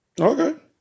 Okay